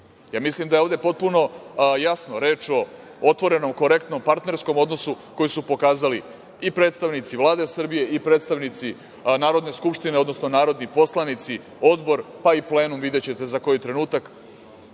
roditelja. Mislim da je ovde potpuno jasno reč o otvorenom, korektnom partnerskom odnosu koji su pokazali i predstavnici Vlade Srbije i predstavnici Narodne skupštine, odnosno narodni poslanici, odbor, pa i plenum, videćete za koji trenutak,